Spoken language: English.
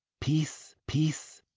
peace, peace!